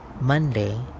Monday